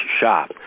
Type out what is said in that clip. shop